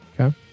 Okay